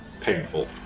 painful